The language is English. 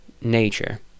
nature